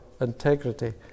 integrity